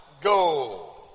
go